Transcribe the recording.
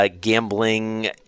gambling